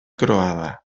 croada